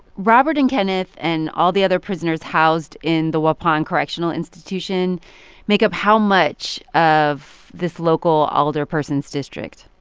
robert and kenneth and all the other prisoners housed in the waupun correctional institution make up how much of this local alderperson's district?